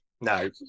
No